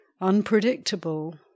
unpredictable